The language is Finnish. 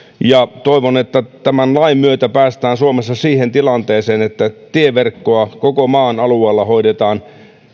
toivon että tämän lain myötä päästään suomessa siihen tilanteeseen että tieverkkoa koko maan alueella hoidetaan